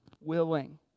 willing